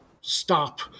stop